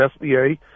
SBA